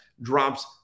Drops